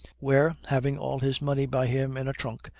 where, having all his money by him in a trunk,